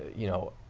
you know,